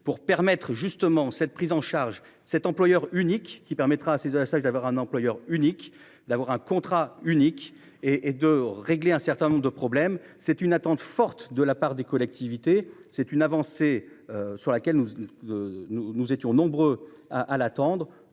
pour permettre justement cette prise en charge cet employeur unique qui permettra à ces à attaques d'avoir un employeur unique d'avoir un contrat unique et et de régler un certain nombre de problèmes, c'est une attente forte de la part des collectivités. C'est une avancée sur laquelle nous. Nous nous étions nombreux à l'attendre